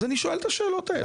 אז אני שואל את השאלות האלה.